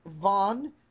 Vaughn